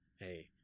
Hey